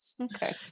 okay